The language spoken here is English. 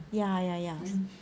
ya ya ya